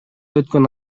өткөн